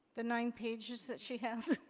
the nine pages that she has.